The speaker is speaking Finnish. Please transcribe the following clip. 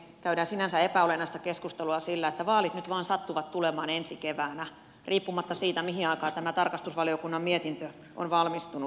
käydään sinänsä epäolennaista keskustelua sillä että vaalit nyt vain sattuvat tulemaan ensi keväänä riippumatta siitä mihin aikaan tämä tarkastusvaliokunnan mietintö on valmistunut